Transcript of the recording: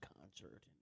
concert